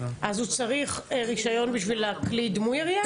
אז הוא צריך רישיון בשביל הכלי דמוי ירייה?